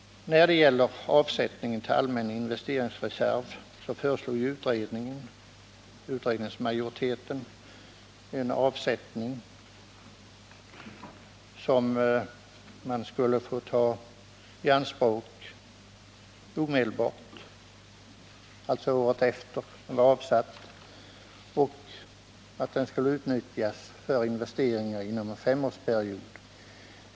När det gäller avsättning till allmän investeringsreserv föreslår företagsskatteberedningens majoritet en avsättning som man omedelbart skulle få ta i anspråk, alltså allteftersom den avsatts. Den skulle få utnyttjas för investeringar inom en femårsperiod.